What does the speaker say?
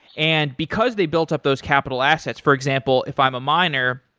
and because they built up those capital assets, for example, if i'm a miner,